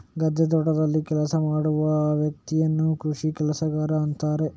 ಗದ್ದೆ, ತೋಟದಲ್ಲಿ ಕೆಲಸ ಮಾಡುವ ವ್ಯಕ್ತಿಯನ್ನ ಕೃಷಿ ಕೆಲಸಗಾರ ಅಂತಾರೆ